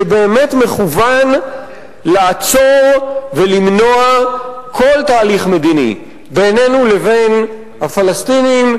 שבאמת מכוון לעצור ולמנוע כל תהליך מדיני בינינו לבין הפלסטינים,